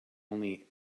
only